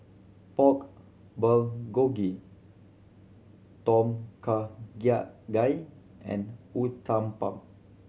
Pork Bulgogi Tom Kha Gai and Uthapam